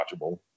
watchable